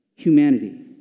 humanity